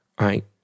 right